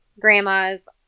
grandma's